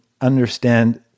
understand